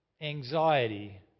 anxiety